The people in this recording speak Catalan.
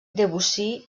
debussy